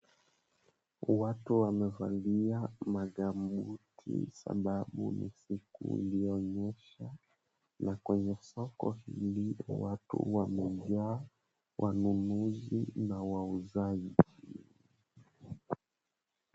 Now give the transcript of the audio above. Watuu wamevalia magambuti sababu ni siku iliyonyesha na kwenye solo hili, watu wamejaa, wanunuzi na wauzaji.